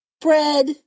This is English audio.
bread